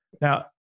now